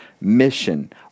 mission